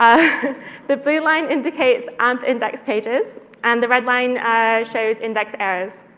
ah the blue line indicates amp index pages and the red line shows index errors.